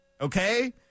Okay